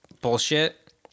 bullshit